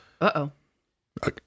Uh-oh